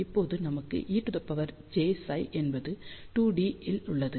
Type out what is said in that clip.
இப்போது நமக்கு ejψ என்பது 2d இல் உள்ளது